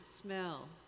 smell